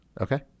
Okay